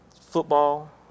Football